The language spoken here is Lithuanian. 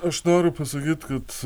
aš noriu pasakyt kad